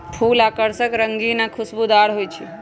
फूल आकर्षक रंगीन आ खुशबूदार हो ईछई